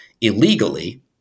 illegally